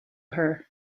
her